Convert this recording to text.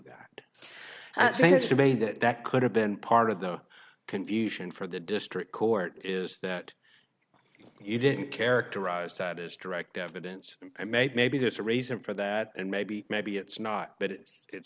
debate that that could have been part of the confusion for the district court is that he didn't characterize that as direct evidence i made maybe there's a reason for that and maybe maybe it's not but it